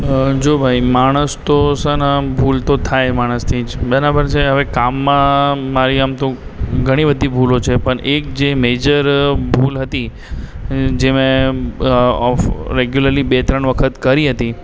અ જો ભાઈ માણસ તો છે ન ભૂલ તો થાય માણસથી જ બરાબર છે હવે કામમાં મારી આમ તો ઘણી બધી ભૂલો છે પણ એક જે મેજર ભૂલ હતી જે મેં ઓફ રેગ્યુલરલી બે ત્રણ વખત કરી હતી